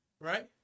right